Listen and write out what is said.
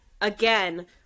again